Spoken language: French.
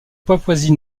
papouasie